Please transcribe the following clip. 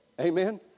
Amen